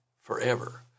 forever